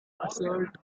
assault